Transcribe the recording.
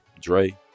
Dre